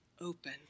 open